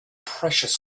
precious